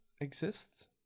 exist